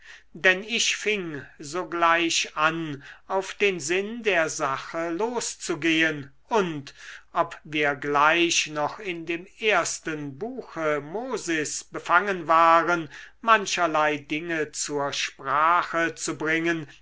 denn ich fing sogleich an auf den sinn der sache loszugehen und ob wir gleich noch in dem ersten buche mosis befangen waren mancherlei dinge zur sprache zu bringen